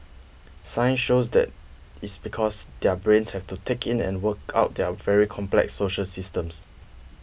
science shows that is because their brains have to take in and work out their very complex social systems